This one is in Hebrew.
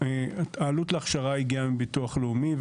העלות להכשרה הגיעה מביטוח לאומי.